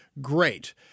great